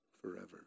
forever